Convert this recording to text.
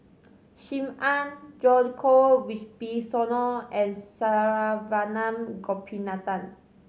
Sim Ann Djoko Wibisono and Saravanan Gopinathan